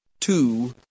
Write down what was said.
two